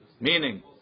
meaning